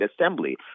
Assembly